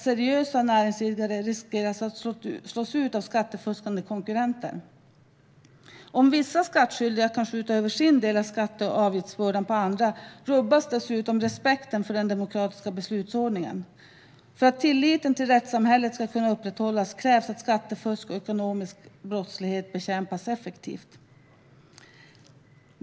Seriösa näringsidkare riskerar att slås ut av skattefuskande konkurrenter. Om vissa skattskyldiga kan skjuta över sin del av skatte och avgiftsbördan på andra rubbas dessutom respekten för den demokratiska beslutsordningen. För att tilliten till rättssamhället ska kunna upprätthållas krävs att skattefusk och ekonomisk brottslighet bekämpas effektivt.